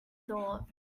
thought